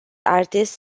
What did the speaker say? artists